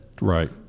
Right